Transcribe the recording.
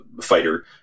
fighter